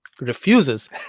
refuses